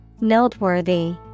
Noteworthy